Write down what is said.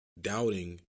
doubting